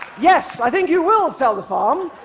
yes, i think you will sell the farm,